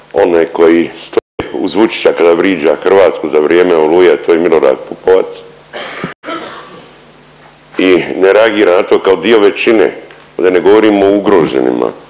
one koji stoje … Vučića kada vriđa Hrvatsku za vrijeme Oluje, a to je Milorad Pupovac i ne reagira na to kao dio većine, da ne govorimo o ugroženima?